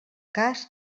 cas